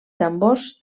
tambors